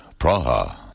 Praha